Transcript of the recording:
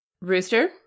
Rooster